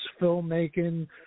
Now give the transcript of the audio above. filmmaking